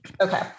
Okay